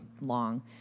long